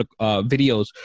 videos